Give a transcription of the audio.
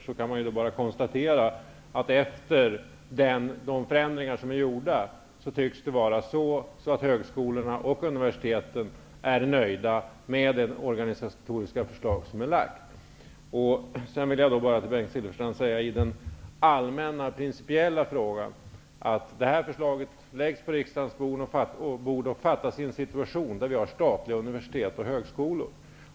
Nu kan man konstatera, att med tanke på de förändringar som har gjorts tycks högskolorna och universiteten vara nöjda med det organsiationsförslag som har lagts fram. Vidare vill jag säga följande om den allmänna principiella frågan. Det här förslaget har lagts på riksdagens bord i en situation där universiteten och högskolorna är statliga.